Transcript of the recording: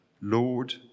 Lord